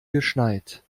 geschneit